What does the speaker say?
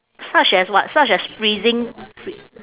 such as what such as freezing fr~